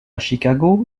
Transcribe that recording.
chicago